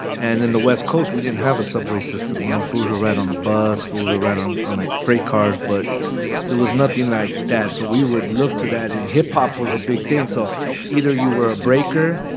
and in the west coast, we didn't have a subway system. you know, fools would write on the bus. fools would write um on like freight cars, but it was nothing like that. so we would look to that. and hip-hop was a big thing, so either you were a breaker,